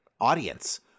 audience